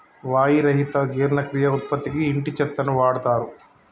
వాయి రహిత జీర్ణక్రియ ఉత్పత్తికి ఇంటి చెత్తను వాడుతారు